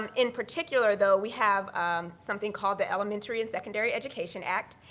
um in particular, though, we have something called the elementary and secondary education act,